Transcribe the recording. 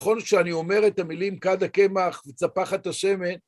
ככל שאני אומר את המילים כד הקמח וצפחת השמן...